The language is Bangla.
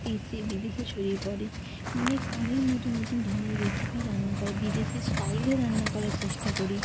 দেশে বিদেশে ছড়িয়ে পড়ে অনেক অনেক নতুন নতুন ধরনের রেসিপি রান্না করি বিদেশি স্টাইলে রান্না করার চেষ্টা করি